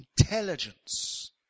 intelligence